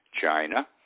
China